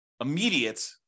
immediate